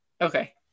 Okay